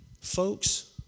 Folks